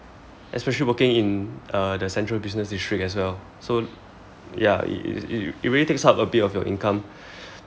especially working in uh the central business district as well so ya it it really takes up a bit of your income